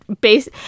base